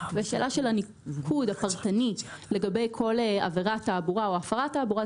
שאלת הניקוד הפרשנית לגבי כל עבירת תעבורה או הפרת תעבורה,